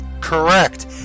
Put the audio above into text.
Correct